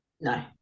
No